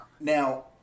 Now